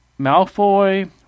Malfoy